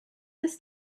this